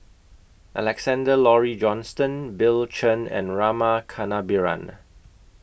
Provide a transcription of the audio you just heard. Alexander Laurie Johnston Bill Chen and Rama Kannabiran